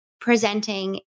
presenting